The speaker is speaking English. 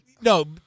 no